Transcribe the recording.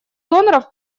доноров